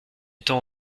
temps